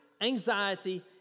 anxiety